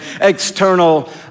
external